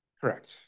Correct